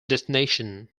destination